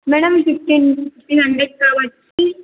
madam ఈ fifteen fifteen hundred కాబట్టి